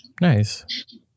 Nice